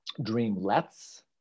dreamlets